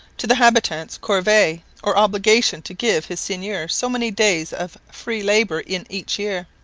to the habitant's corvee or obligation to give his seigneur so many days of free labour in each year.